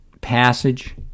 passage